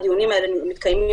הדיונים האלה מתקיימים